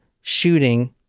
shooting